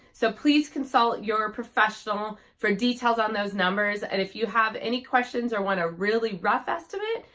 so please consult your professional for details on those numbers and if you have any questions or want a really rough estimate,